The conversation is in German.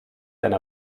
einer